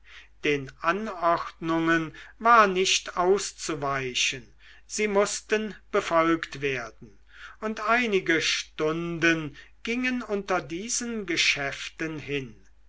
den anordnungen war nicht auszuweichen sie mußten befolgt werden und einige stunden gingen unter diesen geschäften hin